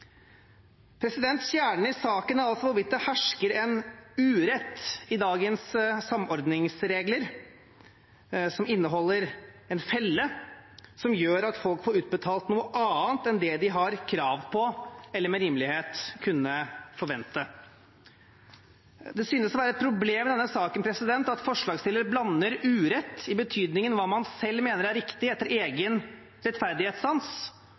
Kjernen i saken er altså hvorvidt det hersker en urett i dagens samordningsregler som inneholder en felle som gjør at folk får utbetalt noe annet enn det de har krav på eller med rimelighet kunne forvente. Det synes å være et problem i denne saken at forslagsstillerne blander urett, i betydningen hva man selv mener er riktig etter egen rettferdighetssans,